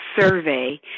survey